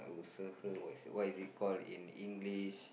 usaha what is it called again in English